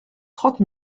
trente